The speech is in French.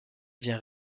vient